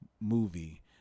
movie